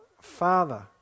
father